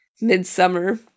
Midsummer